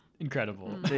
Incredible